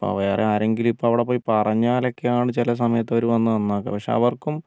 വേറെ ആരെങ്കിലും ഇപ്പം അവിടെ പോയി പറഞ്ഞാലൊക്കെയാണ് ചില സമയത്തവർ വന്നു നന്നാക്കു അ പക്ഷേ അവർക്കും